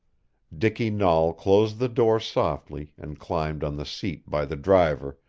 dicky nahl closed the door softly and climbed on the seat by the driver,